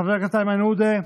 חבר הכנסת איימן עודה,